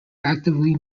actively